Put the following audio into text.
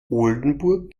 oldenburg